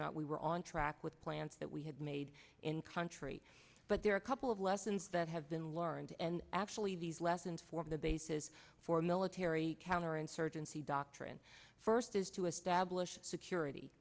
not we were on track with plans that we had made in country but there are a couple of lessons that have been learned and actually these lessons form the basis for military counterinsurgency doctrine first is to establish security